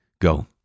Go